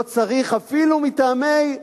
לא צריך, אפילו מטעמי נימוס,